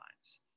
lives